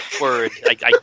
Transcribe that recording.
word